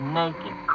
naked